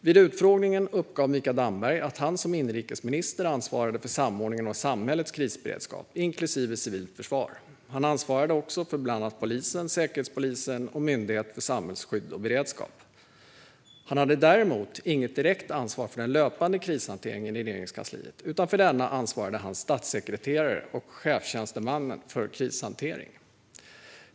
Vid utfrågningen uppgav Mikael Damberg att han som inrikesminister ansvarade för samordningen av samhällets krisberedskap, inklusive civilt försvar. Han ansvarade också för bland annat polisen, Säkerhetspolisen och Myndigheten för samhällsskydd och beredskap. Han hade däremot inget direkt ansvar för den löpande krishanteringen i Regeringskansliet, utan för denna ansvarade hans statssekreterare och chefstjänstemannen för krishantering.